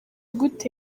gute